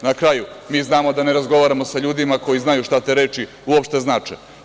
Na kraju, mi znamo da ne razgovaramo sa ljudima koji znaju šta te reči uopšte znače.